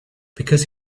because